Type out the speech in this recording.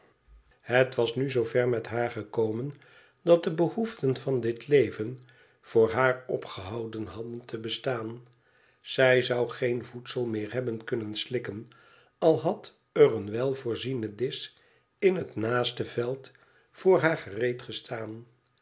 het was nu zoo ver met haar gekomen dat de behoeften van dit leven voor haar opgehouden hadden te bestaan zij zou geen voedsel meer hebben kunnen slikken al had er een weivoorziene disch in het naaste veld voor haar gereed gestaan